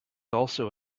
also